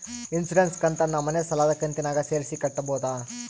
Insurance ಕಂತನ್ನ ಮನೆ ಸಾಲದ ಕಂತಿನಾಗ ಸೇರಿಸಿ ಕಟ್ಟಬೋದ?